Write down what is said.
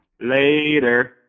Later